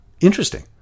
Interesting